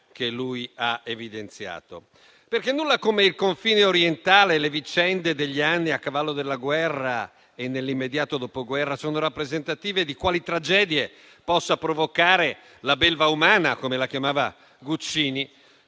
Nulla infatti come il confine orientale e le vicende degli anni a cavallo della guerra e nell'immediato Dopoguerra, sono rappresentative di quali tragedie possa provocare la belva umana, come la chiamava Guccini,